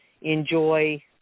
enjoy